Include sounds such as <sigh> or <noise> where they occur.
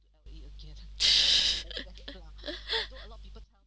<laughs>